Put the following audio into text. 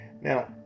Now